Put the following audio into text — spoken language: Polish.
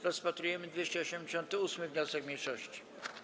Rozpatrujemy 288. wniosek mniejszości.